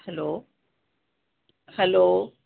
hello hello